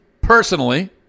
personally